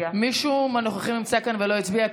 מישהו מהנוכחים נמצא כאן ולא הצביע?